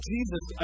Jesus